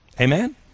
Amen